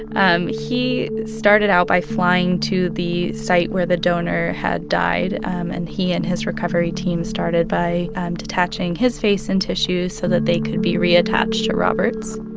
and he started out by flying to the site where the donor had died, and he and his recovery team started by detaching his face and tissues so that they could be reattached to robert's.